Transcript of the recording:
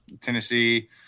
Tennessee